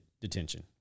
detention